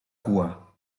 cua